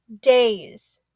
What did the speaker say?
days